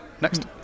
Next